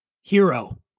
Hero